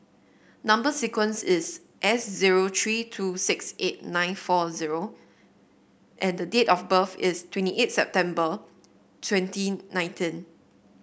number sequence is S zero three two six eight nine four zero and date of birth is twenty eight September twenty nineteen